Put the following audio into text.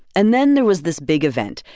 and then there was this big event.